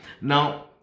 Now